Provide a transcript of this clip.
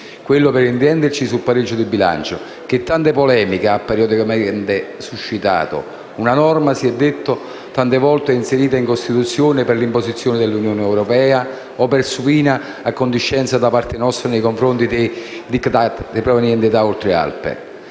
quello sul pareggio di bilancio, che tante polemiche ha periodicamente suscitato. Una norma, come si è detto tante volte, inserita in Costituzione per imposizione dell'Unione europea o per supina acquiescenza da parte nostra nei confronti dei *Diktat* provenienti da Oltralpe.